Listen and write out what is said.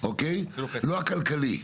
לא מהצד הכלכלי.